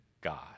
God